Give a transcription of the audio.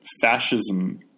fascism